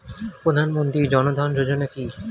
প্রধানমন্ত্রী জনধন যোজনা কি?